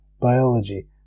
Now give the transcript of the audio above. Biology